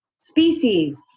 species